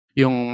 yung